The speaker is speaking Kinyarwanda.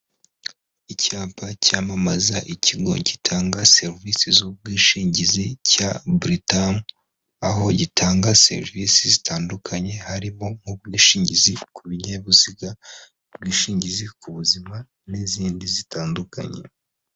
Icyapa cyamamaza ikigo gitanga serivisi z'ubwishingizi cya buritamu, aho gitanga serivisi zitandukanye harimo nk'ubwishingizi ku binyabiziga, ubwishingizi ku buzima n'izindi zitandukanye.